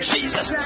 Jesus